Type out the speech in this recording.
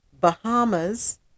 Bahamas